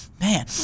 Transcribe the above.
man